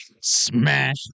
Smash